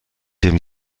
dem